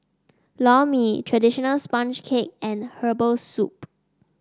Lor Mee traditional sponge cake and Herbal Soup